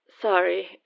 Sorry